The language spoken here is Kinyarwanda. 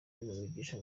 wigisha